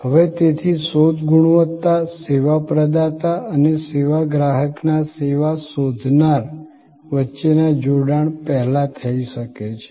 હવે તેથી શોધ ગુણવત્તા સેવા પ્રદાતા અને સેવા ગ્રાહકના સેવા શોધનાર વચ્ચેના જોડાણ પહેલા થઈ શકે છે